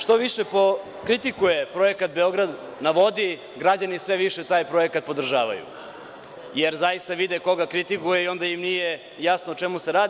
Što više kritikuje projekat „Beograd na vodi“, građani sve više taj projekat podržavaju, jer zaista vide ko ga kritikuje i onda im nije jasno o čemu se radi.